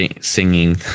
singing